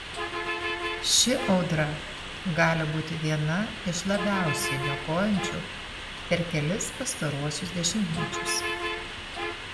ši audra gali būti viena iš labiausiai niokojančių per kelis pastaruosius dešimtmečius